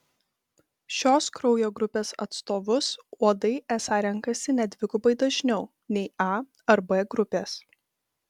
šios kraujo grupės atstovus uodai esą renkasi net dvigubai dažniau nei a ar b grupės